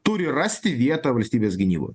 turi rasti vietą valstybės gynyboj